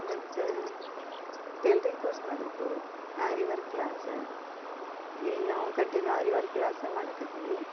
ಮತ್ತ tailoring course ಮಾಡಿದ್ದು ಆರಿ ವರ್ಕ್ ಕ್ಲಾಸ್ ಈಗ ನಾವು ಕಂಟಿನ್ಯೂ ಆರಿ ವರ್ಕ್ ಕ್ಲಾಸ್ ಮಾಡಕತ್ತೀವಿ